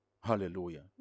Hallelujah